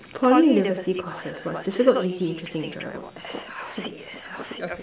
Poly university courses !wah! this one not easy interesting or enjoyable [what] okay